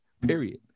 period